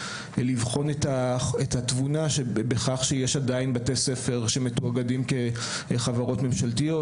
לבחון את התבונה בכך שיש עדיין בתי ספר שמתואגדים כחברות ממשלתיות,